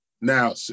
now